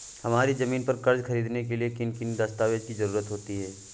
हमारी ज़मीन पर कर्ज ख़रीदने के लिए किन किन दस्तावेजों की जरूरत होती है?